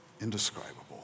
Indescribable